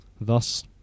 thus